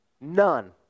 None